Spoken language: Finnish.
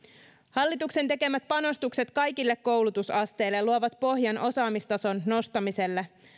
hallituksen tekemät panostukset kaikille koulutusasteille luovat pohjan osaamistason nostamiselle